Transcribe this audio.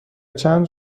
چند